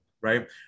right